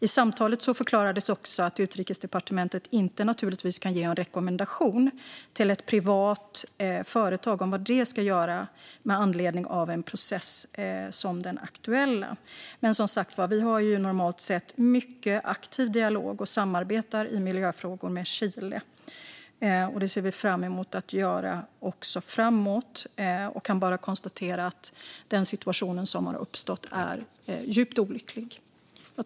I samtalet förklarades också att Utrikesdepartementet givetvis inte kan ge någon rekommendation till ett privat företag om hur det ska göra med anledning av en process som den aktuella. Vi har som sagt normalt sett en mycket aktiv dialog med Chile och samarbetar i miljöfrågor. Det ser vi fram emot att fortsätta att göra. Låt mig till sist konstatera att den situation som har uppkommit är djupt olycklig.